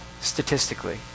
statistically